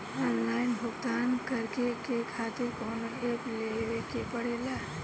Online भुगतान करके के खातिर कौनो ऐप लेवेके पड़ेला?